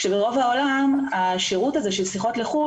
כשברוב העולם השירות הזה של שיחות לחו"ל